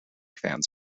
fans